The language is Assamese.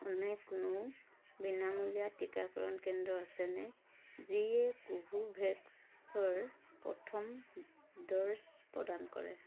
এনে কোনো বিনামূলীয়া টীকাকৰণ কেন্দ্ৰ আছেনে যিয়ে কোভোভেক্সৰ প্ৰথম ড'জ প্ৰদান কৰে